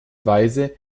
weise